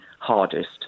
hardest